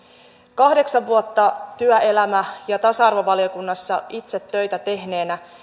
kahdeksan vuotta työelämä ja tasa arvovaliokunnassa itse töitä tehneenä